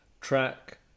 track